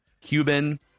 Cuban